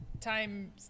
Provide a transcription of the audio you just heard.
time